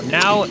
now